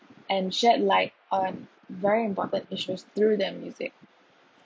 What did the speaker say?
and shed light on very important issues through their music